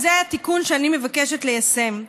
וזה התיקון שאני מבקשת ליישם.